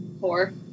four